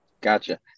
Gotcha